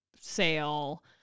sale